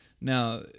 now